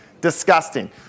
Disgusting